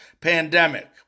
pandemic